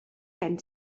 gen